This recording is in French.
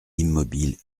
immobile